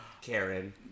Karen